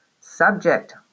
Subject